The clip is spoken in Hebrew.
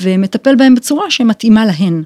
‫ומטפל בהם בצורה שמתאימה להן.